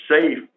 safe